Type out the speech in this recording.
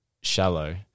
shallow